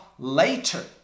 Later